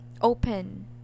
open